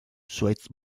zuhaitz